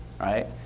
right